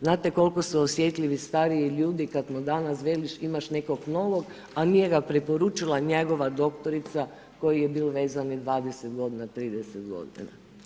Znate koliko su osjetljivi stariji ljudi kada mu danas veliš imaš nekog novog a nije ga preporučila njegova doktorica uz koju je bio vezan 20 godina, 30 godina.